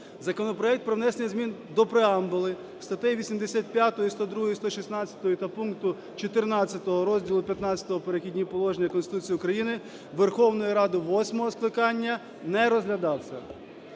Законопроект про внесення змін до преамбули статей 85, 102 і 116 та пункту 14 Розділу ХІV "Перехідні положення" Конституції України Верховною Радою восьмого скликання не розглядався.